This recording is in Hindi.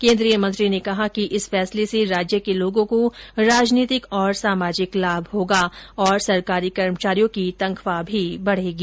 केंद्रीय मंत्री ने कहा कि इस फैसले से राज्य के लोगों को राजनीतिक और सामाजिक लाभ होगा और सरकारी कर्मचारियों की तनख्वाह भी बढेगी